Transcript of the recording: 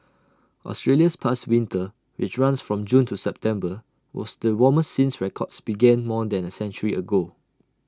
Australia's past winter which runs from June to September was the warmest since records began more than A century ago